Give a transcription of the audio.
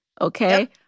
okay